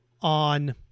on